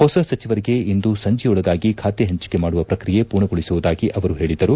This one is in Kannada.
ಹೊಸ ಸಚಿವರಿಗೆ ಇಂದು ಸಂಜೆಯೊಳಗಾಗಿ ಖಾತೆ ಹಂಚಿಕೆ ಮಾಡುವ ಪ್ರಕ್ರಿಯೆ ಪೂರ್ಣಗೊಳಿಸುವುದಾಗಿ ಅವರು ಹೇಳಿದರು